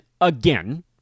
again